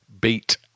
beat